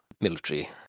military